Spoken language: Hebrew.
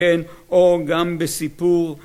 כן, או גם בסיפור.